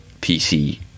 pc